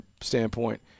standpoint